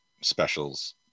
specials